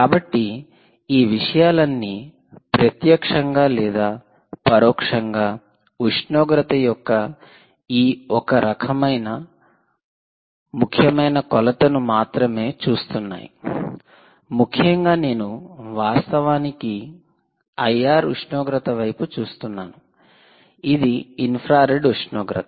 కాబట్టి ఈ విషయాలన్నీ ప్రత్యక్షంగా లేదా పరోక్షంగా ఉష్ణోగ్రత యొక్క ఈ ఒక ముఖ్యమైన కొలతను మాత్రమే చూస్తున్నాయి ముఖ్యంగా నేను వాస్తవానికి IR ఉష్ణోగ్రత వైపు చూస్తున్నాను ఇది ఇన్ఫ్రా రెడ్ ఉష్ణోగ్రత